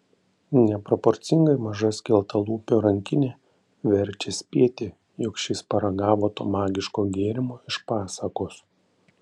neproporcingai maža skeltalūpio rankinė verčia spėti jog šis paragavo to magiško gėrimo iš pasakos